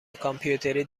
کامپیوتری